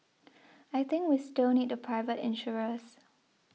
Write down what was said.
I think we still need the private insurers